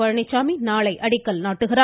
பழனிசாமி நாளை அடிக்கல் நாட்டுகிறார்